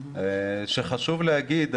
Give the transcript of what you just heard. חשוב להגיד,